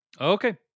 Okay